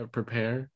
Prepare